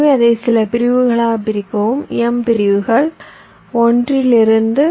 எனவே அதை சில பிரிவுகளாக பிரிக்கவும் m பிரிவுகள் 1 2